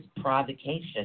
provocation